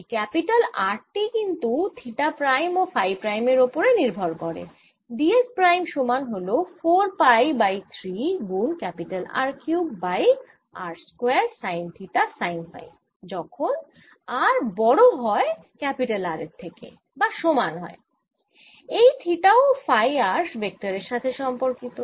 এই capital R টি কিন্তু থিটা প্রাইম ও ফাই প্রাইমের ওপরে নির্ভর করে d s প্রাইম সমান হল 4 পাই বাই 3 গুন R cube by r square sine theta sine phi যখন r বড় হয় R এর থেকে বা সমান হয় এই থিটা ও ফাই r ভেক্টরের সাথে সম্পর্কিত